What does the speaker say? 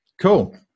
Cool